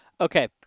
Okay